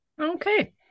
Okay